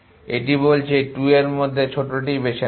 এটি বলছে 2 এর মধ্যে ছোটটি বেছে নাও